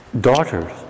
daughters